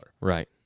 Right